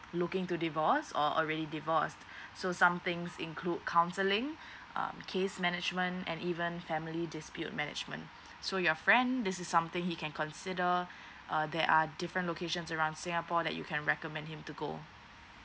looking to divorce or already divorce so something's include counselling uh case management and even family dispute management so your friend this is something he can consider uh there are different locations around singapore that you can recommend him to go